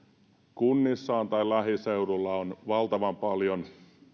kunnissaan tai lähiseudulla on valtavan paljon